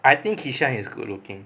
I think kishan is good looking